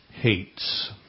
hates